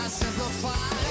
simplify